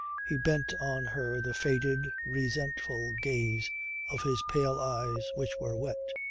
he bent on her the faded, resentful gaze of his pale eyes, which were wet.